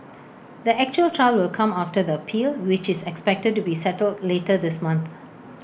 the actual trial will come after the appeal which is expected to be settled later this month